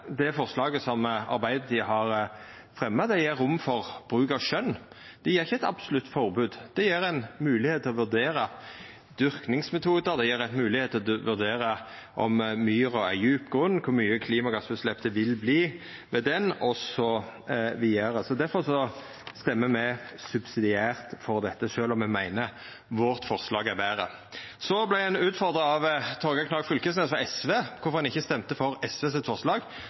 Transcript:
det forslaget som Arbeidarpartiet har fremja, gjev rom for bruk av skjøn. Det gjev ikkje eit absolutt forbod. Det gjev ei moglegheit til å vurdera dyrkingsmetodar, det gjev ei moglegheit til å vurdera om myra er djup eller grunn eller kor mykje klimagassutslepp det vil verta frå henne, osv. Difor stemmer me subsidiært for dette, sjølv om me meiner at forslaget vårt er betre. Me vart utfordra av representanten Knag Fylkesnes frå SV på kvifor me ikkje stemmer for SVs forslag,